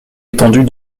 étendue